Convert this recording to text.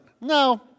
No